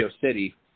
City